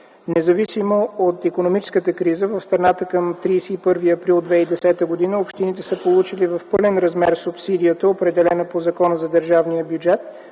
Независимо от икономическата криза в страната към 31 май 2010 г. общините са получили в пълен размер субсидията, определена по Закона за държавния бюджет